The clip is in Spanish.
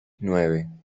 nueve